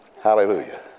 Hallelujah